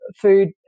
food